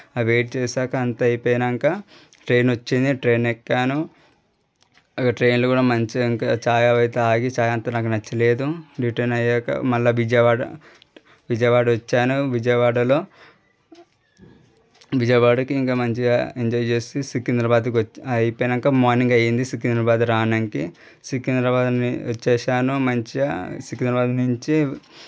ఆ వెయిట్ చేసాక అంతా అయిపోయినాక ట్రైన్ వచ్చింది ట్రైన్ ఎక్కాను ట్రైన్లో కూడా ఇంకా మంచిగా చాయ్ అవి తాగి చాయ్ అంతగా నాకు నచ్చలేదు రిటర్న్ అయ్యాక మళ్ళా విజయవాడ వచ్చాను విజయవాడలో విజయవాడకు ఇంకా మంచిగా ఎంజాయ్ చేసి సికింద్రాబాద్ వచ్చి అది అయిపోయినాక మార్నింగ్ అయ్యింది సికింద్రాబాద్ రావడానికి సికింద్రాబాద్ వచ్చాను మంచిగా సికింద్రాబాద్ నుంచి